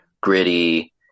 gritty